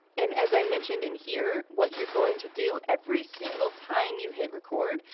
and as i mentioned in here, what you're going to do every single time you hit record,